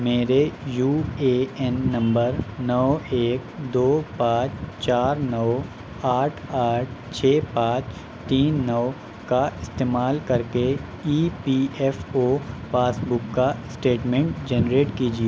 میرے U A N نمبر نو ایک دو پانچ چار نو آٹھ آٹھ چھ پانچ تین نو کا استعمال کر کے E P F O passbook کا اسٹیٹمنٹ جنریٹ کیجیے